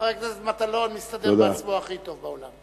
חבר הכנסת מטלון מסתדר בעצמו הכי טוב בעולם.